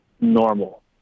normal